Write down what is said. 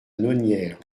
nonière